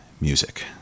music